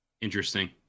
Interesting